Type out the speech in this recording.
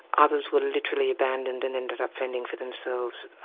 others were literally abandoned and ended up fending for themselves,